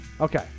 Okay